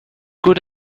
good